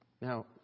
Now